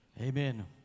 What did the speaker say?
Amen